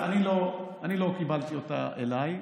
אני לא קיבלתי אותה אליי.